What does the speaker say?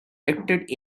elected